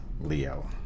Leo